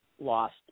Lost